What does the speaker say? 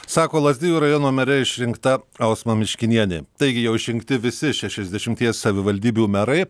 sako lazdijų rajono mere išrinkta ausma miškinienė taigi jau išrinkti visi šešiasdešimties savivaldybių merai